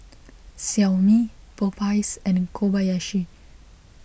Xiaomi Popeyes and Kobayashi